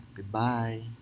Goodbye